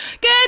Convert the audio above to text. Good